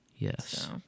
Yes